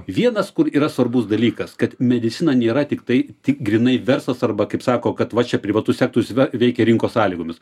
vienas kur yra svarbus dalykas kad medicina nėra tiktai tik grynai verslas arba kaip sako kad va čia privatus sektorius va veikia rinkos sąlygomis